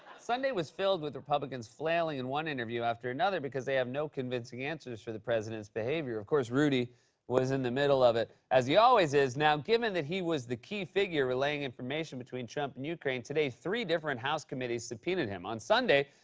sunday was filled with republicans flailing in one interview after another because they have no convincing answers for the president's behavior. of course, rudy was in the middle of it, as he always is. now, given that he was the key figure relaying information between trump and ukraine, today three different house committees subpoenaed him. on sunday,